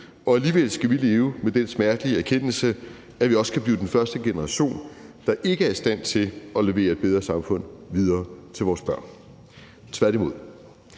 og alligevel skal vi leve med den smertelige erkendelse, at vi også kan blive den første generation, der ikke er i stand til at levere et bedre samfund videre til vores børn, tværtimod.